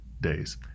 days